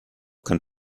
kann